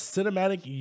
Cinematic